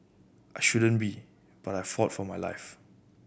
I shouldn't be but I fought for my life